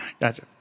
Gotcha